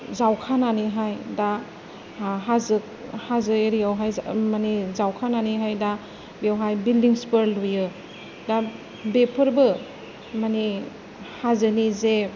जावखानानैहाय दा हाजो एरिया यावहाय माने जावखानानैहाय दा बेवहाय बिल्दिंस फोर लुयो दा बेफोरबो माने हाजोनि जे